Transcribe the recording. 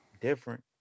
different